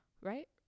right